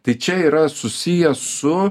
tai čia yra susiję su